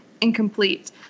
incomplete